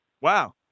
Wow